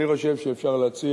אני חושב להציע,